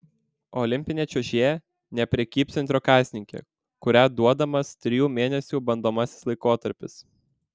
olimpinė čiuožėja ne prekybcentrio kasininkė kuria duodamas trijų mėnesių bandomasis laikotarpis